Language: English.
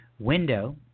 window